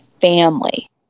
family